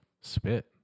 spit